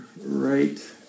right